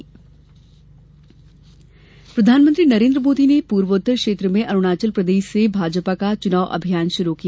मोदी प्रचार प्रधानमंत्री नरेन्द्र मोदी ने पूर्वोत्तर क्षेत्र में अरूणाचल प्रदेश से भाजपा का चुनाव अभियान शुरू किया